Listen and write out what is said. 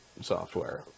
software